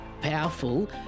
powerful